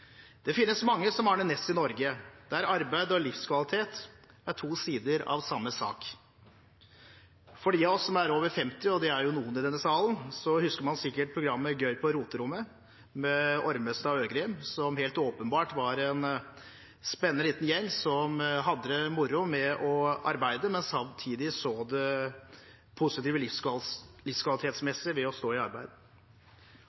Det finnes mange som Arne Næss i Norge – der arbeid og livskvalitet er to sider av samme sak. De av oss som er over 50, og det er jo noen i denne salen, husker sikkert programmet Fysikk på roterommet med Ormestad og Øgrim, som helt åpenbart var en spennende, liten gjeng som hadde det moro med å arbeide, men som samtidig så det positive livskvalitetsmessig ved å stå i arbeid.